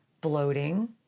bloating